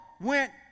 went